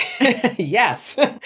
yes